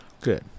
Good